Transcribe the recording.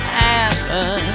happen